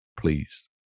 please